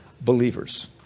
believers